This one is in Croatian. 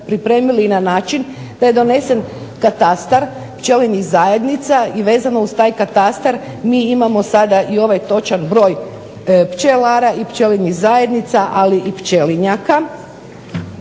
pripremili i na način da je donesen katastar pčelinjih zajednica i vezano uz taj katastar mi imamo sada i ovaj točan broj pčelara i pčelinjih zajednica, ali i pčelinjaka.